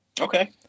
Okay